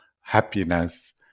happiness